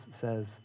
says